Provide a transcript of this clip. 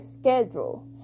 schedule